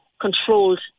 controlled